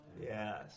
Yes